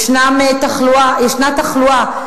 ישנה תחלואה,